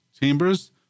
Chambers